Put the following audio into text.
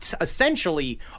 essentially